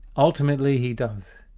ultimately he does.